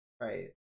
right